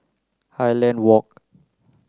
Highland Walk